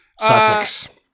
Sussex